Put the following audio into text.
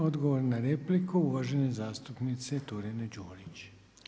Odgovor na repliku uvažene zastupnice Turine-Đurić.